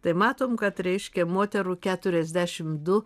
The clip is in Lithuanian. tai matom kad reiškia moterų keturiasdešim du